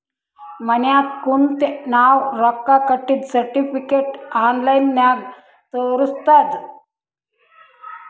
ಮನ್ಯಾಗ ಕುಂತೆ ನಾವ್ ರೊಕ್ಕಾ ಕಟ್ಟಿದ್ದ ಸರ್ಟಿಫಿಕೇಟ್ ಆನ್ಲೈನ್ ನಾಗೆ ತೋರಸ್ತುದ್